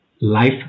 Life